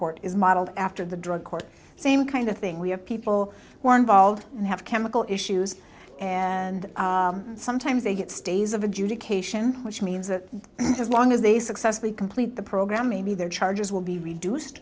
court is modeled after the drug court same kind of thing we have people who are involved and have chemical issues and sometimes they get stays of adjudication which means that as long as they successfully complete the program maybe their charges will be reduced